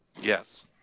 Yes